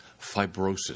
fibrosis